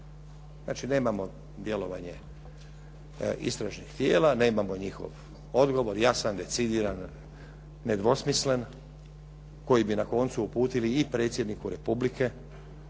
Znači, nemamo djelovanje istražnih tijela, nemamo njihov odgovor, jasan, decidiran, nedvosmislen koji bi na koncu uputili i Predsjedniku Republike